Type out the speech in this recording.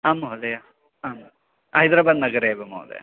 आं महोदय आं हैदराबाद्नगरे एव महोदय